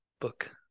book